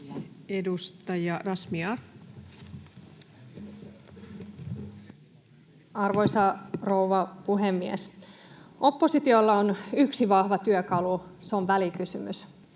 demari!] Arvoisa rouva puhemies! Oppositiolla on yksi vahva työkalu. Se on välikysymys.